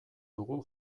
dugu